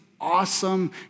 awesome